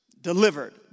delivered